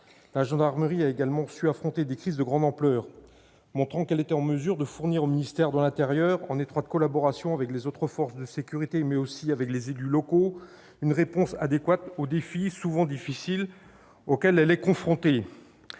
La gendarmerie a également su affronter des crises de grande ampleur, montrant qu'elle était en mesure de fournir au ministère de l'intérieur, en étroite coordination avec les autres forces de sécurité, mais aussi avec les élus locaux, une réponse adéquate aux défis, souvent difficiles, auxquels elle est confrontée.